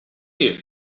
you